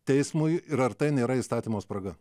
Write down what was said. teismui ir ar tai nėra įstatymo spraga